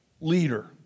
leader